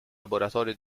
laboratorio